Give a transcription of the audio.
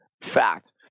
Fact